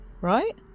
Right